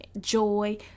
joy